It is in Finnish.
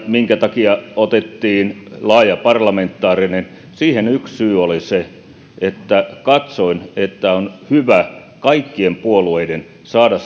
minkä takia ryhmään otettiin laaja parlamentaarinen pohja yksi syy oli se että katsoin että on hyvä kaikkien puolueiden saada